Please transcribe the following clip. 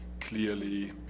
Clearly